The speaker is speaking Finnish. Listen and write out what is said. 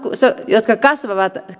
jotka kasvavat